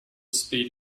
speed